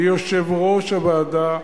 מיושב-ראש הוועדה,